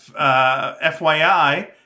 FYI